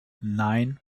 nein